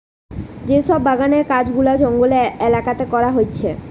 যে সব বাগানের কাজ গুলা জঙ্গলের এলাকাতে করা হচ্ছে